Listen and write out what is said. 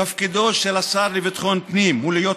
תפקידו של השר לביטחון פנים הוא להיות